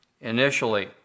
initially